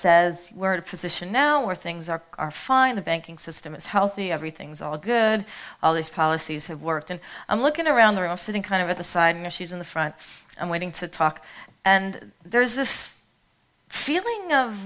says position now where things are are fine the banking system is healthy everything's all good all these policies have worked and i'm looking around the room sitting kind of at the side and she's in the front and waiting to talk and there is this feeling of